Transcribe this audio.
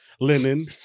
linen